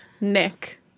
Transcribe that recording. nick